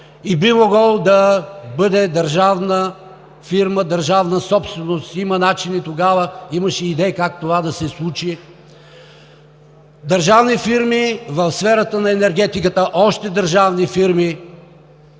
и би могъл да бъде държавна фирма, държавна собственост. Има начини, тогава имаше идеи как това да се случи. Още държавни фирми в сферата на енергетиката, не само